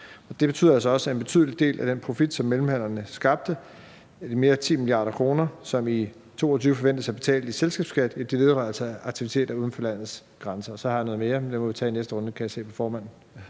Det betyder også, at en betydelig del af den profit, som mellemhandlerne skabte, og som der for 2022 forventes at betales selskabsskat af, mere end 10 mia. kr., altså vedrører aktiviteter uden for landets grænser. Jeg har noget mere, men det må vi tage i næste runde, kan jeg se på formanden.